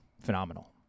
phenomenal